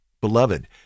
Beloved